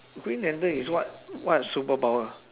green lantern is what what superpower